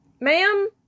Ma'am